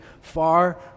far